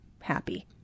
happy